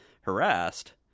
harassed